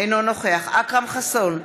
אינו נוכח אכרם חסון,